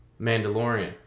Mandalorian